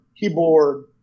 keyboard